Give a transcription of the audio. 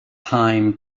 time